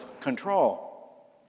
control